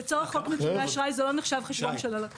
לצורך חוק נתוני אשראי זה לא נחשב חשבון של הלקוח.